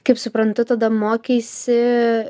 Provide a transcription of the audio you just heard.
kaip suprantu tada mokeisi